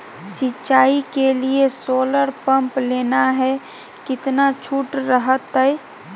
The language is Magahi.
सिंचाई के लिए सोलर पंप लेना है कितना छुट रहतैय?